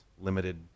limited